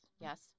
yes